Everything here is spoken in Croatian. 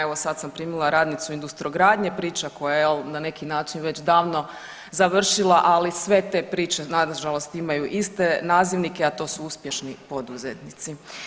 Evo sad sam primila radnicu Industrogradnje, priča koja jel' na neki način već davno završila, ali sve te priče na žalost imaju iste nazivnike, a to su uspješni poduzetnici.